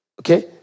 Okay